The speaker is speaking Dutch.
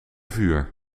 vuur